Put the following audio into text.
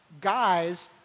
guys